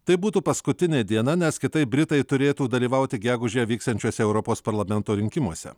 tai būtų paskutinė diena nes kitaip britai turėtų dalyvauti gegužę vyksiančiuose europos parlamento rinkimuose